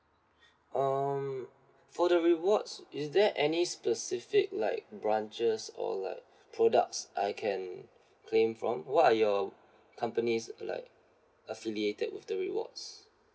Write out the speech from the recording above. um for the rewards is there any specific like branches or like products I can claim from what are your companies like affiliated with the rewards